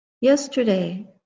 Yesterday